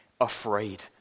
afraid